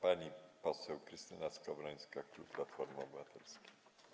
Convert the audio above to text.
Pani poseł Krystyna Skowrońska, klub Platformy Obywatelskiej.